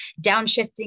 downshifting